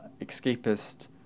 escapist